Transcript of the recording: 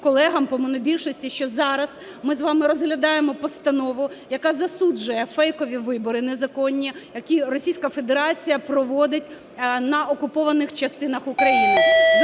колегам по монобільшості, що зараз ми з вами розглядаємо постанову, яка засуджує фейкові вибори незаконні, які Російська Федерація проводить на окупованих частинах України.